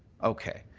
okay,